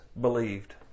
believed